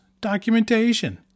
documentation